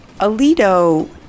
Alito